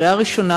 בקריאה ראשונה.